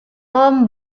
tom